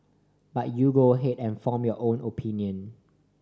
but you go ahead and form your own opinion